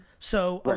so, but